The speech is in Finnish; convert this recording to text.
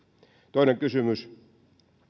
toinen kysymys